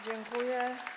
Dziękuję.